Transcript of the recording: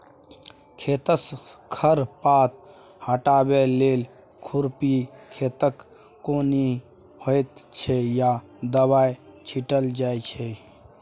खेतसँ खर पात हटाबै लेल खुरपीसँ खेतक कमौनी होइ छै या दबाइ छीटल जाइ छै